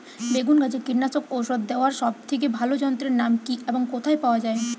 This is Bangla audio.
বেগুন গাছে কীটনাশক ওষুধ দেওয়ার সব থেকে ভালো যন্ত্রের নাম কি এবং কোথায় পাওয়া যায়?